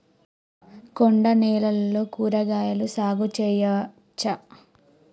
కొండ నేలల్లో కూరగాయల సాగు చేయచ్చా?